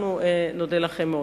ואנחנו נודה לכם מאוד.